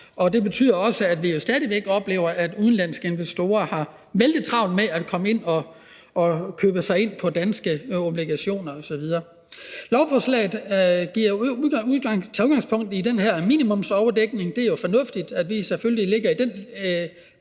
det betyder også, at vi jo stadig væk oplever, at udenlandske investorer har vældig travlt med at komme ind og købe danske obligationer osv. Lovforslaget tager udgangspunkt i den her minimumsoverdækning. Det er fornuftigt, at vi selvfølgelig ligger i den